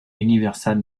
universal